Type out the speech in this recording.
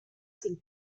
sin